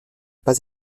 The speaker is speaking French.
pas